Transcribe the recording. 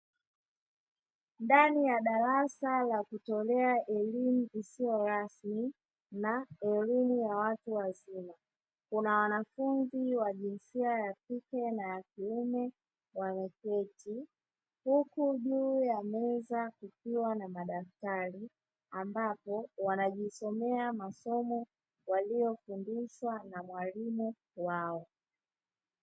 Ndani ya darasa la kutolea elimu isiyo rasmi na elimu ya watu wazima, wanafunzi wa jinsia ya kike na kiume wameketi, huku juu ya meza kukiwa na madaftari ambapo wanajisomea masomo waliofundishwa na mwalimu wao.